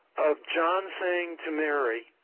of john saying to mary,